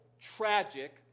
tragic